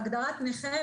בהגדרת נכה,